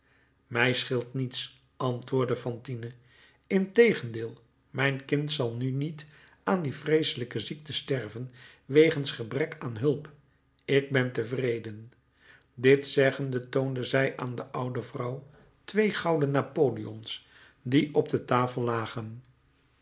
mij scheelt niets antwoordde fantine integendeel mijn kind zal nu niet aan die vreeselijke ziekte sterven wegens gebrek aan hulp ik ben tevreden dit zeggende toonde zij aan de oude vrouw twee gouden napoleons die op de tafel lagen